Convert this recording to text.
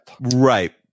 Right